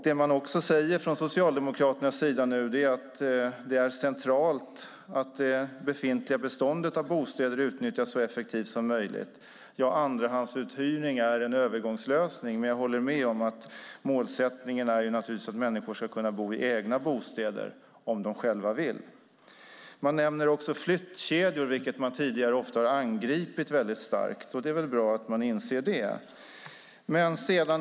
Det man också säger från Socialdemokraternas sida nu är att det är centralt att det befintliga beståndet av bostäder utnyttjas så effektivt som möjligt och att andrahandsuthyrningar är en övergångslösning. Jag håller med om att målet naturligtvis är att människor ska kunna bo i egna bostäder, om de själva vill. Man nämner även flyttkedjor, vilket man tidigare ofta har angripit starkt. Det är väl bra att man inser vikten av det.